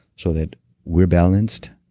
so that we're balance,